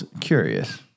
curious